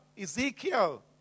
Ezekiel